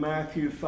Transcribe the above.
Matthew